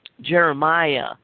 Jeremiah